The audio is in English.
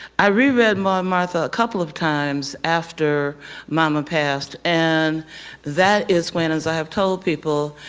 i reread maud martha a couple of times after mama passed and that is when, as i have told people,